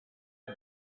and